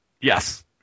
Yes